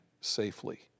safely